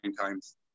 times